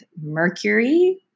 Mercury